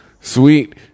Sweet